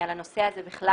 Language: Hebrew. על הנושא הזה בכלל,